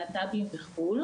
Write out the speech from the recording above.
להט"בים וכו'.